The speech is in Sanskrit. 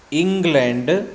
इङ्ग्लेण्ड्